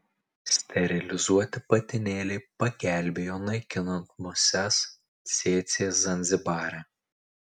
sterilizuoti patinėliai pagelbėjo naikinant muses cėcė zanzibare